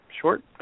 Short